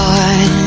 on